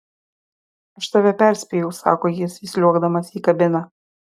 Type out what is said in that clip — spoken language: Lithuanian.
aš tave perspėjau sako jis įsliuogdamas į kabiną